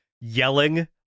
yelling